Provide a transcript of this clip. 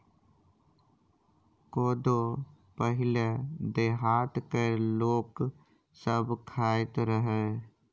कोदो पहिले देहात केर लोक सब खाइत रहय